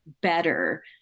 better